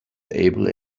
able